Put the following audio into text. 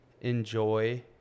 enjoy